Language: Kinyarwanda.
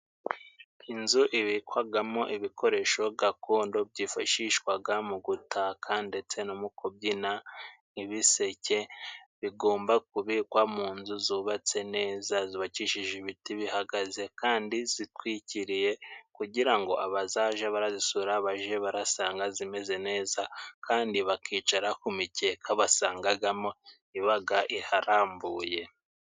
Inzu ibikwagamo ibikoresho gakondo byifashishwaga mu gutaka ndetse no mu kubyina. Ibiseke bigomba kubikwa mu nzu zubatse neza zubabakishije ibiti bihagaze kandi zikwikiriye kugira ngo abazaja barazisura baje barasanga zimeze neza kandi bakicara ku mikeka basangagamo ibaga iharambuye.